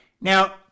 now